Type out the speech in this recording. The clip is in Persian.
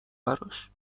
براش